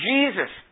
Jesus